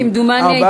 כמדומני,